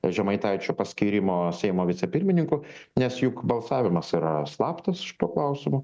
žemaitaičio paskyrimo seimo vicepirmininku nes juk balsavimas yra slaptas tuo klausimu